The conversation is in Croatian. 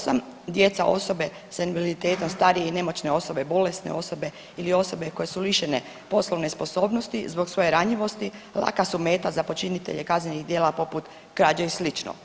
8. djeca osobe sa invaliditetom, starije i nemoćne osobe, bolesne osobe ili osobe koje su lišene poslovne sposobnosti zbog svoje ranjivosti laka su meta za počinitelje kaznenih djela poput krađe i slično.